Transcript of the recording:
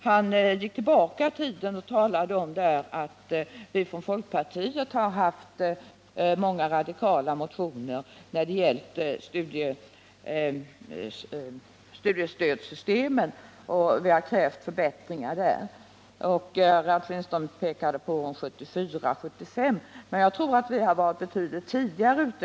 Ralf Lindström gick tillbaka i tiden och talade om att vi från folkpartiet hade haft många radikala motioner när det gällt studiestödssystemen och att vi krävt förbättringar där. Ralf Lindström pekade på åren 1974 och 1975. Men jag tror att vi har varit ute betydligt tidigare.